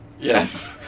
Yes